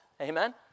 amen